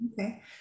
Okay